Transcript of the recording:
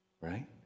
right